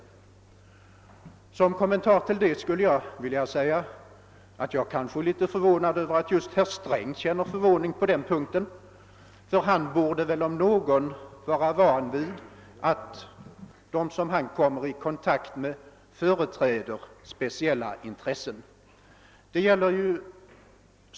Som kommentar till det vill jag säga, att jag är litet förvånad över att herr Sträng känner förvåning på den punkten, eftersom han om någon borde vara van vid att de människor han kommer i kontakt med företräder speciella intressen.